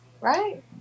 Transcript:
right